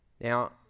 Now